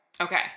Okay